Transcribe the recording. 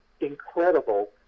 incredible